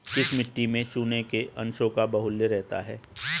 किस मिट्टी में चूने के अंशों का बाहुल्य रहता है?